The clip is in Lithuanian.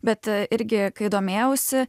bet irgi kai domėjausi